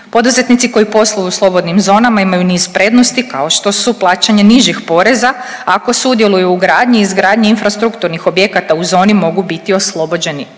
Poduzetnici koji posluju u slobodnim zonama imaju niz prednosti kao što su plaćanje nižih poreza ako sudjeluju u gradnji i izgradnji infrastrukturnih objekata u zoni mogu biti oslobođeni